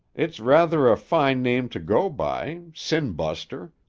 it's rather a fine name to go by sin-buster,